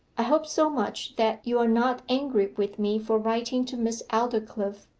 i hope so much that you are not angry with me for writing to miss aldclyffe.